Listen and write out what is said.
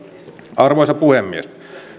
arvoisa puhemies